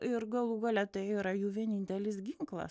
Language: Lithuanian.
ir galų gale tai yra jų vienintelis ginklas